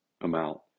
amount